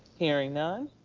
hearing none,